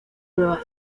nueva